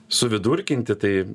suvidurkinti tai